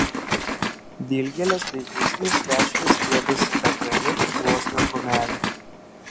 dilgėlės bei usnys vešliai stiebėsi tarp jaunučių gluosnio krūmelių